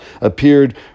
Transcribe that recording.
appeared